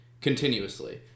continuously